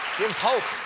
gives hope.